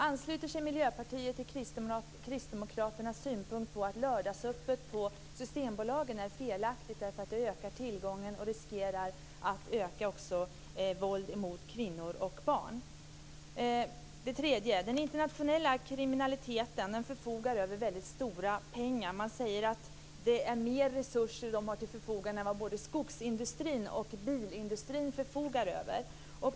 Ansluter sig Miljöpartiet till Kristdemokraternas synpunkt att lördagsöppet på Systembolagen är felaktigt eftersom det ökar tillgången och riskerar att öka våld mot kvinnor och barn? Den internationella kriminaliteten förfogar över väldigt stora pengar. Man säger att den har mer resurser till sitt förfogande än vad både skogsindustrin och bilindustrin förfogar över.